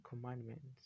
Commandments